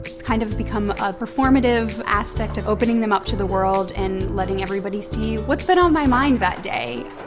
it's kind of become a performative aspect of opening them up to the world and letting everybody see what's been on my mind that day.